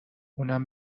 اونم